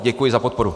Děkuji za podporu.